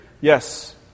Yes